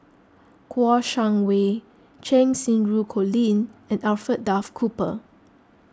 Kouo Shang Wei Cheng Xinru Colin and Alfred Duff Cooper